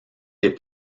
des